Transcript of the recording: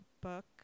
book